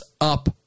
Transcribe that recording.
up